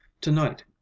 to-night